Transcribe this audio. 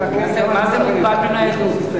מה זה "מוגבל בניידות"?